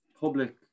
public